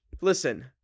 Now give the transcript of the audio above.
Listen